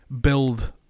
build